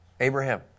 Abraham